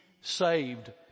saved